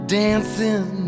dancing